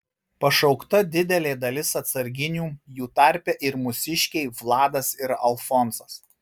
pašaukta didelė dalis atsarginių jų tarpe ir mūsiškiai vladas ir alfonsas